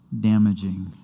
damaging